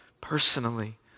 personally